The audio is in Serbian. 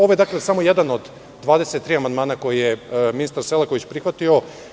Ovo je samo jedan od 23 amandmana koji je ministar Selaković prihvatio.